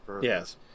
yes